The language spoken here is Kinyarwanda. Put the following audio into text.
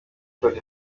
claude